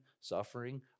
suffering